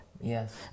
yes